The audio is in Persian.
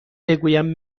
بگویم